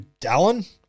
Dallin